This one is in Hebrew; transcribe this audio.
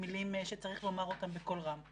מילים שצריך לומר בקול רם.